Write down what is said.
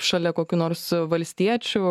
šalia kokių nors valstiečių